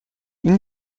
این